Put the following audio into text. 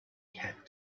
had